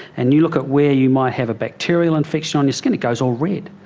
and you look at where you might have a bacterial infection on your skin, it goes all red.